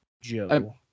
Joe